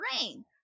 rain